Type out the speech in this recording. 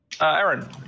Aaron